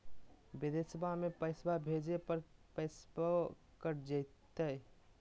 बिदेशवा मे पैसवा भेजे पर पैसों कट तय?